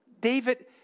David